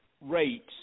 rates